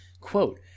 Quote